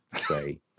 say